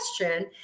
question